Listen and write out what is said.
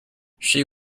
she